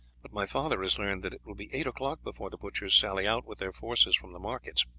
but my father has learned that it will be eight o'clock before the butchers sally out with their forces from the markets.